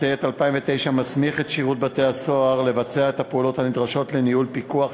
4). יציג את הצעת החוק השר לביטחון פנים יצחק